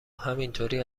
همینطوری